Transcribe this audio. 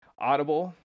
Audible